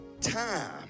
time